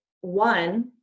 one